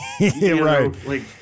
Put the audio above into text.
Right